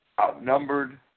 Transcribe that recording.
outnumbered